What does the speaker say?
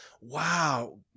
wow